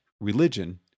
religion